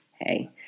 hey